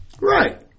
Right